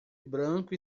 branco